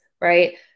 right